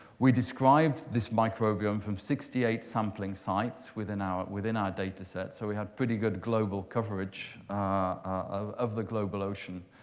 we described this microbiome from sixty eight sampling sites within our within our data-set, so we had pretty good global coverage of of the global ocean.